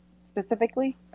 specifically